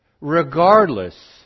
regardless